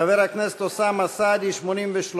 חבר הכנסת אוסאמה סעדי, 83,